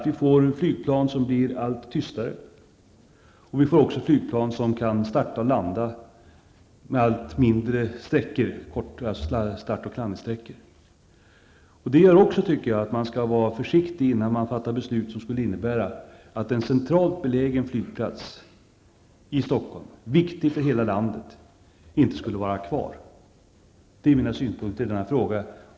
Vi får flygplan som blir allt tystare. Vi får också flygplan som behöver allt kortare start och landningssträckor. Det gör också, tycker jag, att man skall vara försiktig innan man fattar beslut som skulle innebära att en centralt belägen flygplats i Stockholm, viktig för hela landet, inte skulle vara kvar. Det är mina synpunkter i den här frågan.